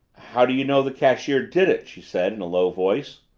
how do you know the cashier did it? she said in a low voice.